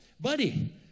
buddy